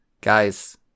guys